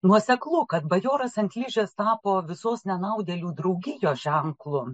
nuoseklu kad bajoras ant ližės tapo visos nenaudėlių draugijos ženklu